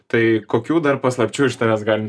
tai kokių dar paslapčių iš tavęs galim